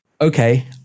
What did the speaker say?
okay